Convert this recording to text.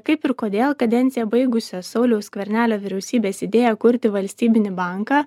kaip ir kodėl kadenciją baigusio sauliaus skvernelio vyriausybės idėją kurti valstybinį banką